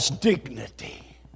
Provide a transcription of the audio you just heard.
dignity